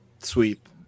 sweep